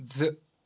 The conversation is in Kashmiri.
زٕ